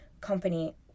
company